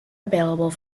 available